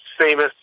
famous